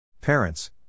Parents